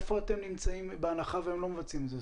היכן אתם נמצאים בהנחה שהם לא מבצעים את זה?